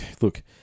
look